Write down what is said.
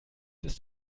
ist